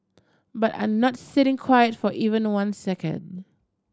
but are not sitting quiet for even one second